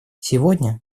сегодня